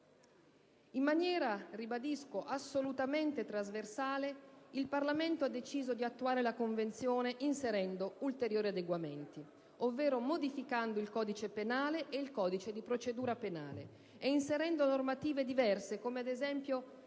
In maniera, lo ribadisco, assolutamente trasversale il Parlamento ha deciso di attuare la Convenzione inserendo ulteriori adeguamenti, ovvero modificando il codice penale e il codice di procedura penale e inserendo norme diverse come, ad esempio,